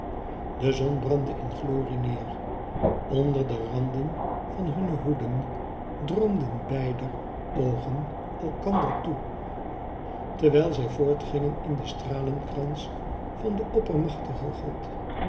de zon brandde in glorie neer onder de randen van hunne hoeden droomden beider oogen elkander toe terwijl zij voortgingen in den stralenkrans van den oppermachtigen god